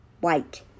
white